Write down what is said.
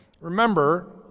Remember